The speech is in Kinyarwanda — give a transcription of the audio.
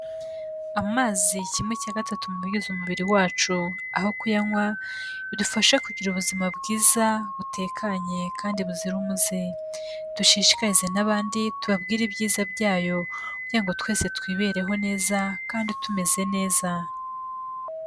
Amazi kimwe cya gatatu mu bigize umubiri wacu, aho kuyanywa bidufashe kugira ubuzima bwiza butekanye kandi buzira umuze. Dushishikarize n'abandi tubabwire ibyiza byayo kugira ngo twese twibereho neza kandi tumeze neza.